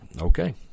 okay